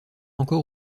encore